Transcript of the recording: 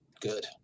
Good